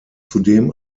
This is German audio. zudem